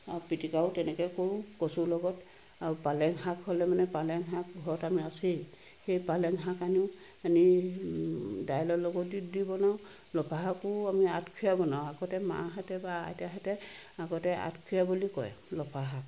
আও পিটিকাও তেনেকৈয়ে কৰোঁ কচুৰ লগত আৰু পালেং শাক হ'লে মানে পালেং শাক ঘৰত আমাৰ আছেই সেই পালেং শাক আনো আনি দাইলৰ লগতো দি বনাওঁ লফা শাকো আমি আঠখৰীয়া বনাওঁ আগতে মাহঁতে বা আইতাহঁতে আগতে আঠখৰীয়া বুলি কয় লফা শাক